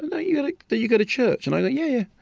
and you like but you go to church? and i go, yeah, yeah.